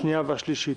השנייה והשלישית.